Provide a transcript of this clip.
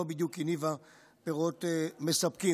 לא בדיוק הניבה פירות מספקים.